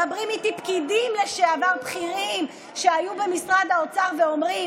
מדברים איתי פקידים בכירים לשעבר שהיו במשרד האוצר ואומרים: